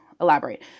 elaborate